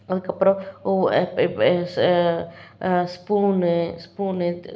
அதுக்கப்புறம் ஓ எப் எப் ஏ சே ஸ்பூன்னு ஸ்பூன்னு